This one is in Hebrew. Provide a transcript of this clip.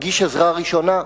מגיש עזרה ראשונה.